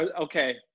okay